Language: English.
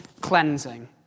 cleansing